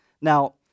Now